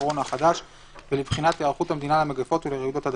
הקורונה החדש ולבחינת היערכות המדינה למגפות ולרעידות אדמה".